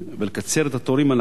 ולקצר את התורים הללו.